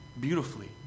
beautifully